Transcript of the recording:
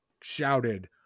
shouted